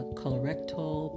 colorectal